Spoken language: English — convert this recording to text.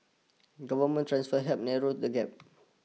government transfers help narrow the gap